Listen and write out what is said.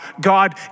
God